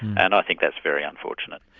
and i think that's very unfortunate.